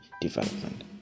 development